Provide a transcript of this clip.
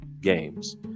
games